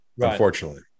Unfortunately